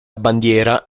bandiera